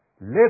live